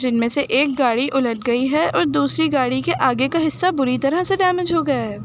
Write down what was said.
جن میں سے ایک گاڑی الٹ گئی ہے اور دوسری گاڑی کے آگے کا حصہ بری طرح سے ڈیمیج ہو گیا ہے